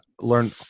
learn